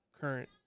current